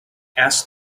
ask